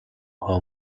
how